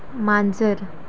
मांजर